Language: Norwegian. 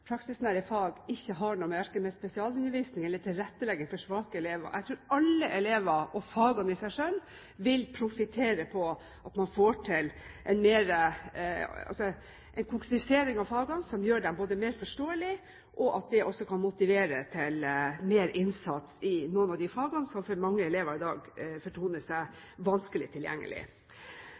fag ikke har noe med verken spesialundervisning eller tilrettelegging for svake elever å gjøre. Jeg tror alle elever, og fagene i seg selv, vil profittere på at man får til en konkretisering av fagene som gjør dem mer forståelige, og at det også kan motivere til mer innsats i noen av de fagene som for mange elever i dag fortoner seg som vanskelig